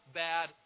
bad